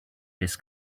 this